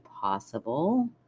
possible